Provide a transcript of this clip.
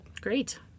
Great